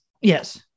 yes